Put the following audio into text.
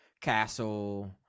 castle